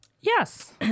Yes